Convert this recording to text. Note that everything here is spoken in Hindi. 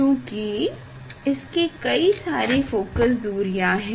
चूँकि इसके कई सारे फोकस दूरियाँ हैं